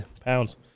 pounds